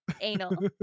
anal